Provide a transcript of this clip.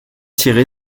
tiré